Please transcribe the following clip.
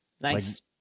Nice